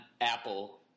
Apple